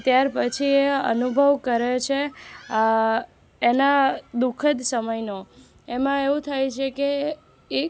ત્યારપછી એ અનુભવ કરે છે એના દુઃખદ સમયનો એમાં એવું થાય છે કે એ